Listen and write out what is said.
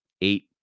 eight